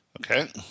Okay